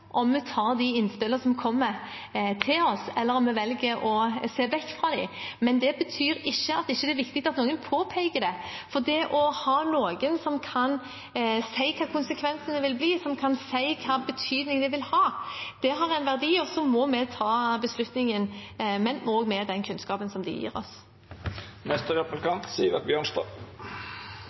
om vi tar de innspillene som kommer, til oss, eller om vi velger å se vekk fra dem, men det betyr ikke at det ikke er viktig at de påpeker det, for det å ha noen som kan si hva konsekvensene vil bli, som sier hvilken betydning det vil ha, har en verdi. Så må vi ta beslutningen, men også med den kunnskapen de gir oss.